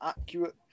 accurate